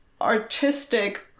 artistic